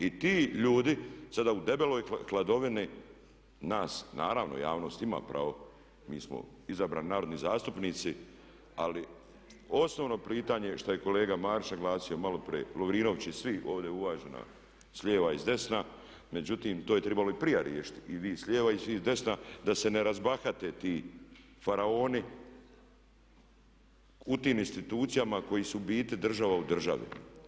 I ti ljudi sada u debeloj hladovini nas, naravno javnost ima pravo, mi smo izabrani narodni zastupnici, ali osnovno pitanje što je kolega Marić naglasio maloprije, Lovrinović i svi ovdje uvaženi s lijeva i s desna međutim to je trebalo i prije riješiti, i vi s lijeva i vi s desna da se ne razbahate ti faraoni u tim institucijama koji su u biti država u državi.